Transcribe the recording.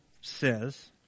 says